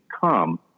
come